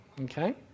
Okay